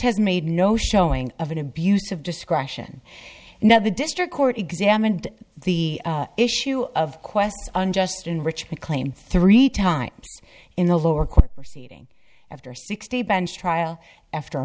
has made no showing of an abuse of discretion now the district court examined the issue of quest's unjust enrichment claim three times in the lower court proceeding after sixty bench trial after a